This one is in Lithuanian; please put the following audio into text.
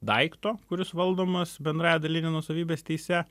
daikto kuris valdomas bendrąja daline nuosavybės teise